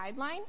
guideline